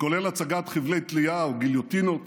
כולל הצגת חבלי תלייה וגיליוטינות